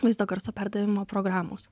vaizdo garso perdavimo programos